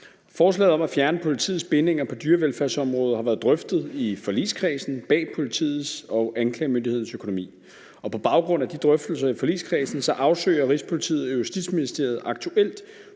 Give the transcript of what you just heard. Forslaget om at fjerne politiets bindinger på dyrevelfærdsområdet har været drøftet i forligskredsen bag politiets og anklagemyndighedens økonomi, og på baggrund af de drøftelser i forligskredsen afsøger Rigspolitiet og Justitsministeriet aktuelt